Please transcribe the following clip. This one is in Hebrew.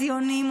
ציונים,